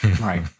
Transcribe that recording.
Right